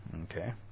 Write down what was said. Okay